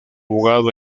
abogado